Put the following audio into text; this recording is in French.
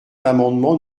l’amendement